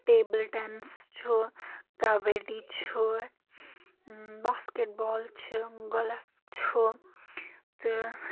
table tennis چھُ کبڈی چھُ basketball چھ گۄلف چھُ تہٕ